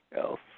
else